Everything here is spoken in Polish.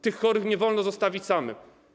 Tych chorych nie wolno zostawić samych.